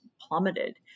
plummeted